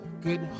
good